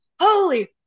holy